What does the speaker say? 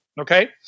Okay